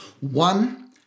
One